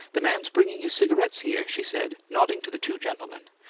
the man's bringing you cigarettes here, she said, nodding to the two gentlemen.